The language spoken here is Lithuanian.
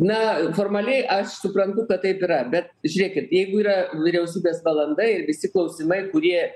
na formaliai aš suprantu kad taip yra bet žėkit jeigu yra vyriausybės valanda ir visi klausimai kurie